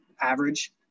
average